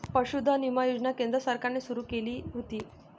पशुधन विमा योजना केंद्र सरकारने सुरू केली होती